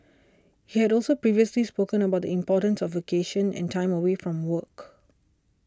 he had also previously spoken about the importance of vacation and time away from work